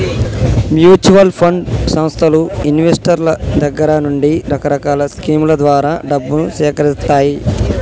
mutual fund సంస్థలు ఇన్వెస్టర్ల దగ్గర నుండి రకరకాల స్కీముల ద్వారా డబ్బును సేకరిత్తాయి